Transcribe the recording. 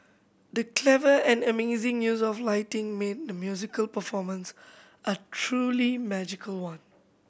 the clever and amazing use of lighting made the musical performance a truly magical one